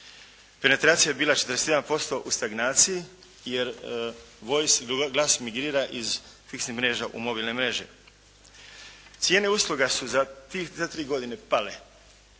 Penetracija je bila 41% u stagnaciji jer glas migrira iz fiksnih mreža u mobilne mreže. Cijene usluga su za tih tri godine pale